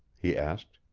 he asked.